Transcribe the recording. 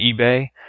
eBay